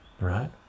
right